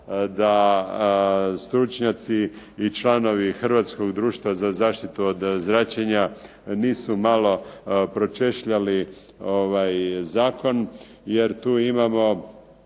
da stručnjaci i članovi Hrvatskog društva za zaštitu od zračenja nisu malo pročešljali zakon, jer tu imamo